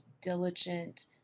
diligent